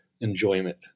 enjoyment